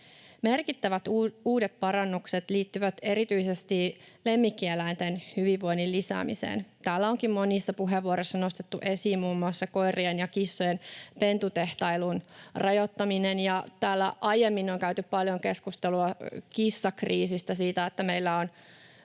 Merkittävät uudet parannukset liittyvät erityisesti lemmikkieläinten hyvinvoinnin lisäämiseen. Täällä onkin monissa puheenvuoroissa nostettu esiin muun muassa koirien ja kissojen pentutehtailun rajoittaminen, ja täällä aiemmin on käyty paljon keskustelua kissakriisistä — siitä, että meillä on